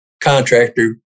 contractor